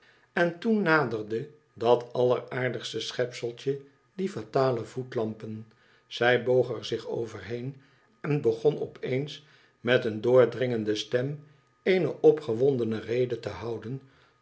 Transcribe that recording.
en toen naderde dat alleraardigste schepseltje die fatale voetlampen zij boog er zich over heen en begon op eens met een doordringende stem eene opgewondene rede te houden